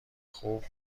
خوب